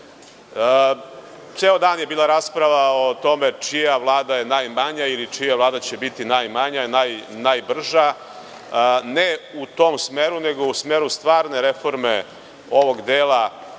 Ceo dan je bila rasprava o tome čija vlada je najmanja ili čija vlada će biti najmanja, najbrža. Ne u tom smeru, nego u smeru stvarne reforme ovog dela